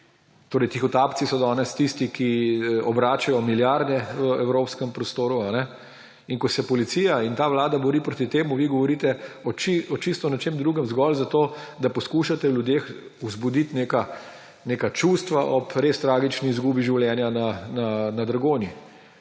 torej tihotapci so danes tisti, ki obračajo milijarde v Evropskem prostoru, in ko se policija in ta vlada bori proti temu, vi govorite o čisto nečem drugem zgolj zato, da poskušate v ljudeh vzbuditi neka čustva ob res tragični izgubi življenja na Dragonji.